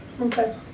Okay